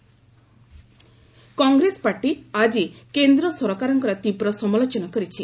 Congress Pak attack Congress party ଆଜି କେନ୍ଦ୍ର ସରକାରଙ୍କର ତୀବ୍ର ସମାଲୋଚନା କରିଛି